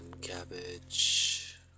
cabbage